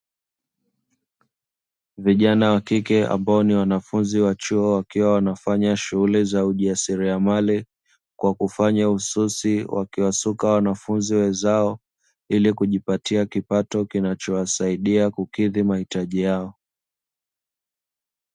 Vijana wakike ambao ni wanafunzi wa chuo, wakiwa wanafanya shughuli za ujasiriamali kwa kufanya ususi wakiwasuka wanafunzi wenzao ili kujipatia kipato kinachowasaidia kukidhi mahitaji yao.